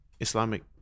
Islamic